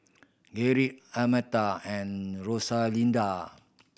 Gerrit Almeta and Rosalinda